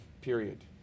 period